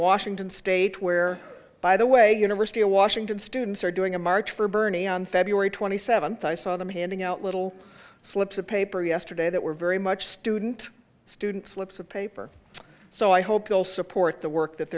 washington state where by the way university of washington students are doing a march for bernie on february twenty seventh i saw them handing out little slips of paper yesterday that were very much student student slips of paper so i hope you'll support the work that